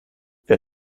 wer